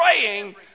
praying